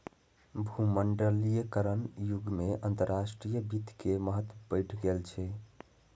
भूमंडलीकरणक युग मे अंतरराष्ट्रीय वित्त के महत्व बढ़ि गेल छै